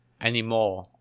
anymore